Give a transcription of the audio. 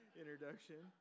introduction